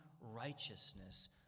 righteousness